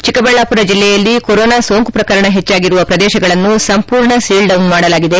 ಚಿಕ್ಕಬಳ್ಳಾಪುರ ಜಿಲ್ಲೆಯಲ್ಲಿ ಕೊರೊನಾ ಸೋಂಕು ಪ್ರಕರಣ ಪೆಚ್ಚಾಗಿರುವ ಪ್ರದೇಶಗಳನ್ನು ಸಂರ್ಮೂರ್ಣ ಸೀಲ್ಡೌನ್ ಮಾಡಲಾಗಿದೆ